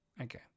Okay